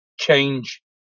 change